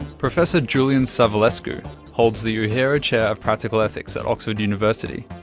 professor julian savulescu holds the uehiro chair of practical ethics at oxford university,